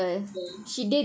ya